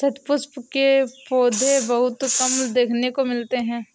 शतपुष्प के पौधे बहुत कम देखने को मिलते हैं